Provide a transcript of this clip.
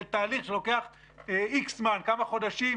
זה תהליך שלוקח X זמן, כמה חודשים,